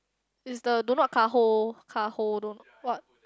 is the do not Kah Ho Kah Ho don't what